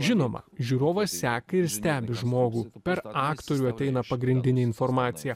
žinoma žiūrovas seka ir stebi žmogų per aktorių ateina pagrindinė informacija